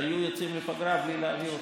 שהיו יוצאים לפגרה בלי להעביר אותם,